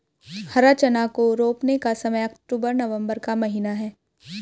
हरा चना को रोपने का समय अक्टूबर नवंबर का महीना है